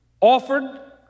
offered